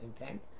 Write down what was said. intent